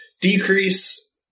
decrease